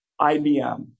IBM